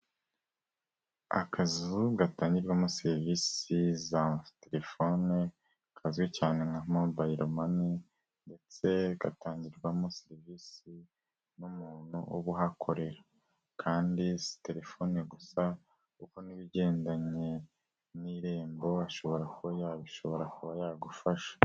Akazu gatangirwavamo serivisi za telefone kazwi cyane nka Mobile Money ndetse gatangirwamo serivisi n'umuntu uba uhakorera, kandi si telefone gusa kuko n'ibigendanye n'Irembo ashobora kuba yabishobora akaba yagufasha.